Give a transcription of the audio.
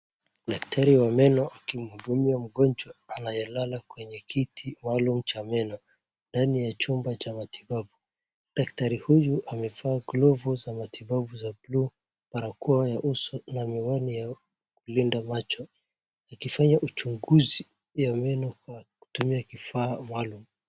Daktari wa meno akimhudumia mgonjwa anayelala kwenye kiti maalum cha meno, ndani ya chumba cha matibabu, daktari huyu amevaa glove za matibabu za blue na barakoa kwa uso na miwani ya kulinda macho, akifanya uchunguzi ya meno kwa kutumia kifaa maalum.